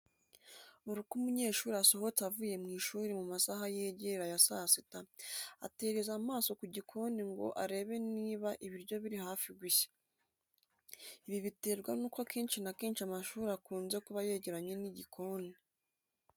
Buri uko umunyeshuri asohotse avuye mu ishuri mu masaha yegera aya saa sita, atereza amaso ku gikoni ngo arebe niba ibiryo biri hafi gushya. Ibi biterwa n'uko akenshi na kenshi amashuri akunze kuba yegeranye n'igikoni.